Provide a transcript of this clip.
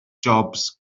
jobs